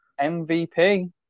MVP